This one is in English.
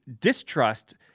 distrust